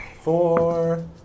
Four